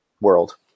world